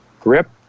grip